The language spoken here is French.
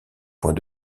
point